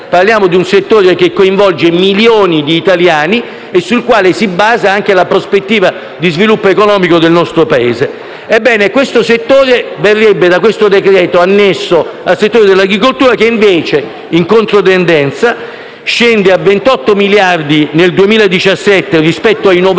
nazionale, un settore che coinvolge milioni di italiani e sul quale si basa anche la prospettiva di sviluppo economico del nostro Paese. Ebbene, questo settore verrebbe, da questo decreto, annesso al settore dell'agricoltura che invece, in controtendenza, scende a 28 miliardi nel 2017, rispetto ai 91